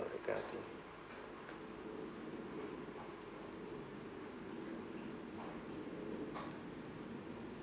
that kind of thing